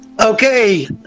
Okay